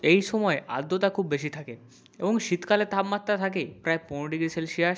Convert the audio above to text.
এই সময় আর্দ্রতা খুব বেশি থাকে এবং শীতকালে তাপমাত্রা থাকে প্রায় পনেরো ডিগ্রি সেলসিয়াস